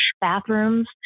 bathrooms